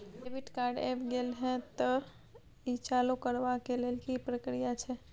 Debit card ऐब गेल हैं त ई चालू करबा के लेल की प्रक्रिया छै?